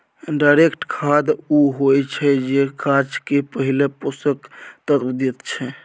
direct खाद उ होइ छै जे गाछ केँ पहिल पोषक तत्व दैत छै